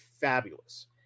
fabulous